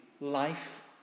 life